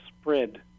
spread